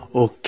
Okay